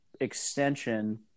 extension